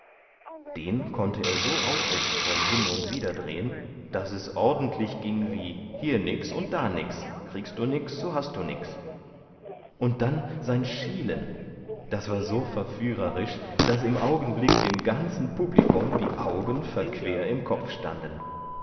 den konnte er so ausdrucksvoll hin und wider drehen daß es ordentlich ging wie hier nix und da nix kriegst du nix so hast du nix und dann sein schielen das war so verführerisch daß im augenblick dem ganzen publikum die augen verquer im kopfe standen